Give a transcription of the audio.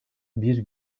bir